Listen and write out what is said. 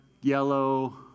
yellow